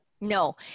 No